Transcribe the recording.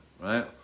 right